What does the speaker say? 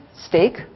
Steak